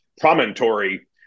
promontory